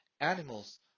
animals